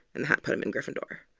and the hat put him in gryffindor.